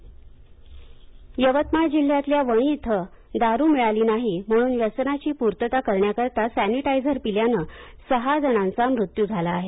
sanitiser Yavatmal Yavatmal जिल्ह्यातल्या वणी इथं दारू मिळाली नाही म्हणून व्यसनाची पूर्तता करण्याकरिता सॅनिटायझर पिल्याने सहा जणांचा मृत्यू झाला आहे